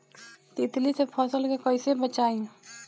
तितली से फसल के कइसे बचाई?